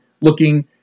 looking